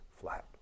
flat